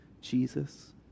Jesus